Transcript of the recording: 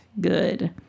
good